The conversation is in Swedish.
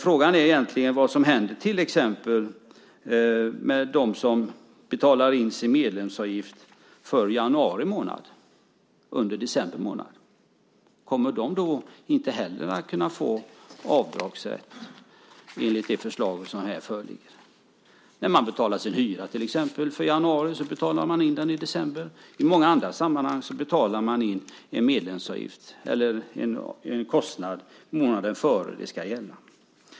Frågan är egentligen vad som händer till exempel med dem som under december månad betalar in sin medlemsavgift för januari månad. Kommer de inte heller att kunna få avdragsrätt enligt det förslag som här föreligger? När man till exempel betalar sin hyra för januari betalar man in den i december. I många andra sammanhang betalar man in en kostnad månaden före den ska gälla.